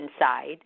inside